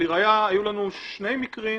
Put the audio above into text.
לראיה, היו לנו שני מקרים